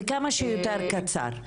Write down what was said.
וכמה שיותר קצר בבקשה.